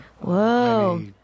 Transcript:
Whoa